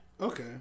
Okay